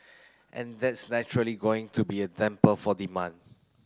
and that's naturally going to be a damper for demand